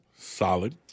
Solid